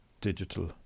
digital